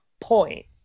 point